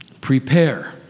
Prepare